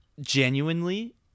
Genuinely